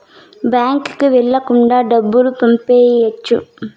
బ్యాంకుకి వెళ్ళకుండా డబ్బులు పంపియ్యొచ్చు